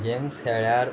games खेळ्यार